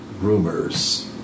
rumors